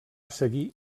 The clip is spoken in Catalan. seguir